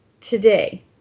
today